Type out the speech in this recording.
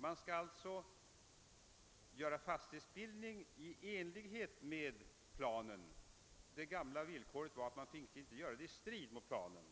Man skall alltså göra fastighetsbildningen i enlighet med planen — det gamla villkoret var att fastighetsbildningen inte stred mot planen.